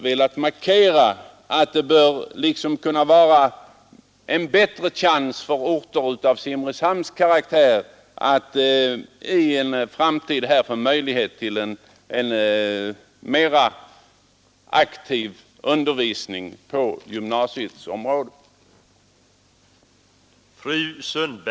Vi har som sagt, herr talman, i vårt särskilda yttrande velat markera araktär i framtiden bör ha en bättre chans att få en mera aktiv undervisning på gymnasiets område.